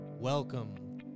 Welcome